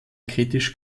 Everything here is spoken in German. kritisch